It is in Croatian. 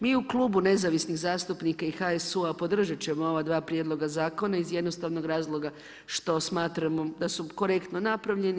Mi u Klubu nezavisnih zastupnika i HSU-a podržat ćemo ova dva prijedloga zakona iz jednostavnog razloga što smatramo da su korektno napravljeni.